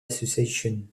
association